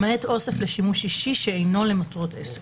למעט אוסף לשימוש אישי שאינו למטרות עסק."